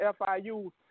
FIU